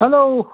hello